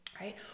right